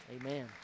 amen